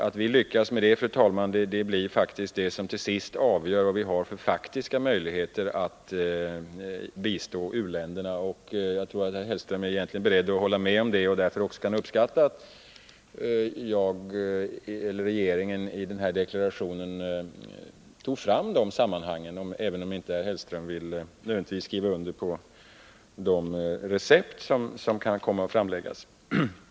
Hur vi lyckas klara vår betalningsbalans blir, fru talman, det som till sist avgör vad vi har för faktiska möjligheter att bistå u-länderna. Jag tror att herr Hellström egentligen är beredd att hålla med om detta och därför också kan uppskatta att regeringen i denna deklaration har tagit upp dessa sammanhang — även om herr Hellström inte nödvändigtvis vill skriva under på de recept som kan komma att framläggas.